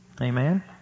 amen